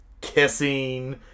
kissing